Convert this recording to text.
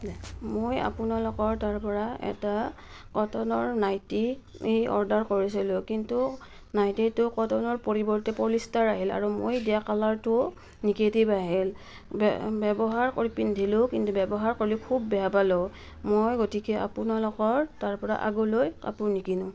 মই আপোনালোকৰ তাৰ পৰা এটা কটনৰ নাইটি এই অৰ্ডাৰ কৰিছিলোঁ কিন্তু নাইটিটো কটনৰ পৰিৱৰ্তে পলিষ্টাৰ আহিল আৰু মই দিয়া কালাৰটো নিগেটিভ আহিল ব্যৱহাৰ কৰি পিন্ধিলেও কিন্তু ব্যৱহাৰ কৰিলেও খুব বেয়া পালোঁ মই গতিকে আপোনালোকৰ তাৰ পৰা আগলৈ কাপোৰ নিকিনো